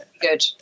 good